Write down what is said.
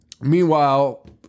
Meanwhile